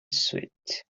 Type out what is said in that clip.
suit